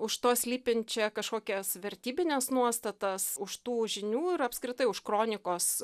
už to slypinčią kažkokias vertybines nuostatas už tų žinių ir apskritai už kronikos